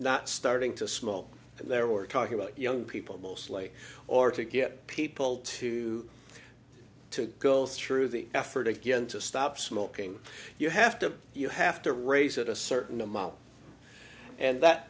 not starting to small and there were talking about young people mostly or to get people to go through the effort again to stop smoking you have to you have to raise it a certain amount and that